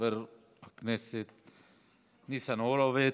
חבר הכנסת ניצן הורוביץ,